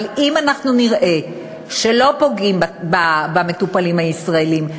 אבל אם אנחנו נראה שלא פוגעים במטופלים הישראלים,